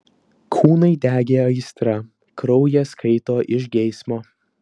kūnai degė aistra kraujas kaito iš geismo